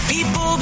People